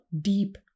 deep